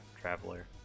Traveler